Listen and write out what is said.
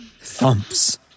thumps